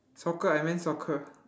soccer I meant soccer